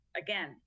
again